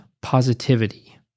positivity